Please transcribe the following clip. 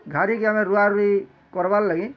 ଘାଡ଼ି କି ଆମେ ରୁଆ ରୁଇ କର୍ବାର୍ ଲାଗି